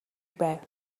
байв